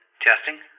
Testing